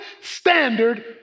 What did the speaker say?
standard